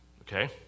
okay